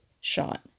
shot